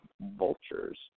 vultures